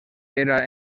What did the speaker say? era